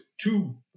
two